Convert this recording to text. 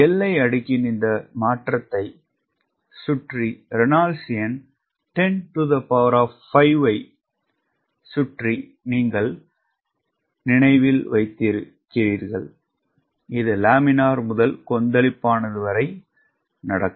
எல்லை அடுக்கின் இந்த மாற்றத்தை சுற்றி ரெனால்ட் எண் 105 ஐ சுற்றி நீங்கள் நினைவில் வைத்திருக்கிறீர்கள் இது லேமினார் முதல் கொந்தளிப்பானது வரை நடக்கும்